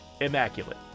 immaculate